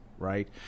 Right